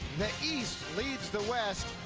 the east leads the west,